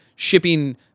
shipping